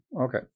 Okay